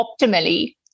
optimally